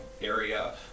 area